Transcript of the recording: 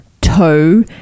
toe